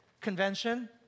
Convention